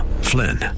Flynn